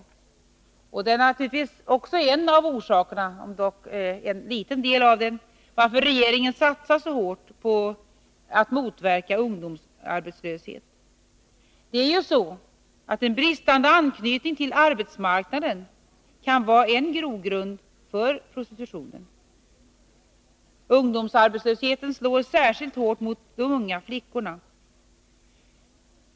Detta är naturligtvis en orsak — om dock bara en liten del — till att regeringen satsar så hårt för att motverka ungdomsarbetslöshet. En bristande anknytning till arbetsmarknaden kan vara en grogrund för prostitutionen. Ungdomsarbetslösheten slår särskilt hårt mot de unga flickorna.